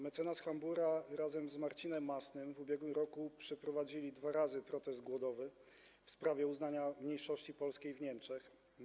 Mecenas Hambura razem z Marcinem Masnym w ubiegłym roku przeprowadzili dwa razy protest głodowy w sprawie uznania mniejszości polskiej w Niemczech.